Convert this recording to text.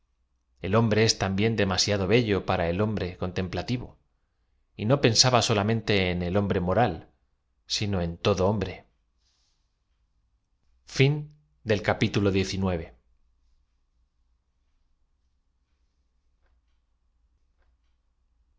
elhom re es también demasiado bello para el hombre con tem p lativo y no pensaba solamente en el hombre m oral sino en todo hombre z